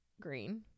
Green